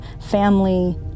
family